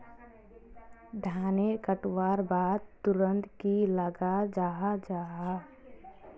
धानेर कटवार बाद तुरंत की लगा जाहा जाहा?